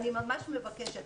אני ממש מבקשת,